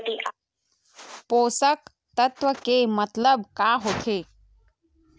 पोषक तत्व के मतलब का होथे?